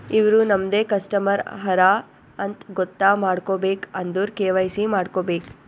ಇವ್ರು ನಮ್ದೆ ಕಸ್ಟಮರ್ ಹರಾ ಅಂತ್ ಗೊತ್ತ ಮಾಡ್ಕೋಬೇಕ್ ಅಂದುರ್ ಕೆ.ವೈ.ಸಿ ಮಾಡ್ಕೋಬೇಕ್